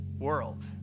world